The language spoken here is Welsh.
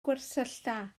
gwersylla